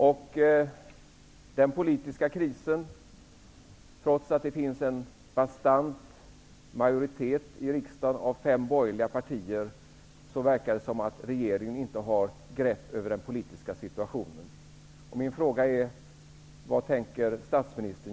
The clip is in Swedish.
När det gäller den politiska krisen -- trots att det finns en bastant majoritet i riksdagen av fem borgerliga partier -- verkar det som att regeringen inte har grepp över den politiska situationen.